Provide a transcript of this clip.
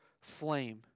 flame